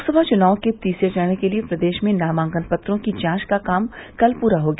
लोकसभा चुनाव के तीसरे चरण के लिये प्रदेश में नामांकन पत्रों की जांच का काम कल पूरा हो गया